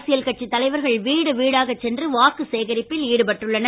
அரசியல் கட்சி தலைவர்கள் வீடுவீடாகச் சென்று வாக்கு சேகரிப்பில் ஈடுபட்டுள்ளனர்